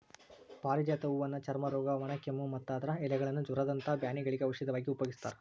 ಪಾರಿಜಾತ ಹೂವನ್ನ ಚರ್ಮರೋಗ, ಒಣಕೆಮ್ಮು, ಮತ್ತ ಅದರ ಎಲೆಗಳನ್ನ ಜ್ವರದಂತ ಬ್ಯಾನಿಗಳಿಗೆ ಔಷಧವಾಗಿ ಉಪಯೋಗಸ್ತಾರ